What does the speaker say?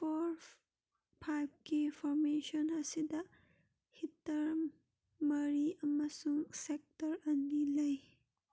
four ꯐꯥꯏꯚꯀꯤ formation ꯑꯁꯤꯗ ꯍꯤꯠꯇꯔ ꯃꯔꯤ ꯑꯃꯁꯨꯡ ꯁꯦꯛꯇꯔ ꯑꯅꯤ ꯂꯩ